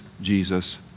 Jesus